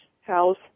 house